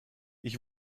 ich